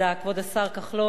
כבוד השר כחלון,